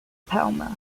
palmer